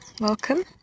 welcome